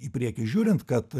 į priekį žiūrint kad